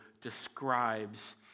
describes